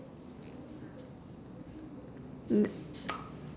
uh